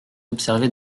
observé